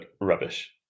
rubbish